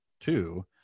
two